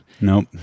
Nope